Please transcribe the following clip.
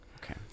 okay